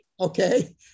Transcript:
okay